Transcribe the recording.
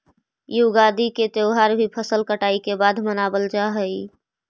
युगादि के त्यौहार भी फसल कटाई के बाद मनावल जा हइ